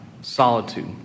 solitude